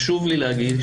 חשוב לי להדגיש,